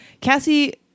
Cassie